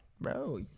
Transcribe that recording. Bro